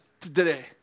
today